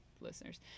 listeners